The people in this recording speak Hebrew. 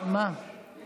יש